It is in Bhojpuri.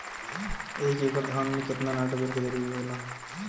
एक एकड़ धान मे केतना नाइट्रोजन के जरूरी होला?